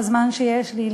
בזמן שיש לי,